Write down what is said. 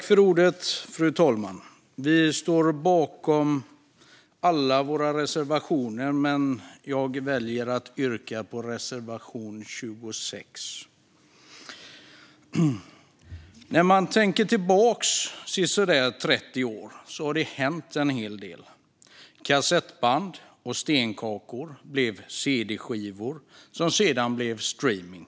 Fru talman! Sverigedemokraterna står bakom alla våra reservationer, men jag väljer att yrka bifall endast till reservation 26. När man tänker tillbaka sisådär 30 år inser man att det har hänt en hel del. Vi har gått från kassettband och stenkakor till cd-skivor och sedan till streamning.